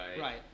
Right